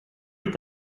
est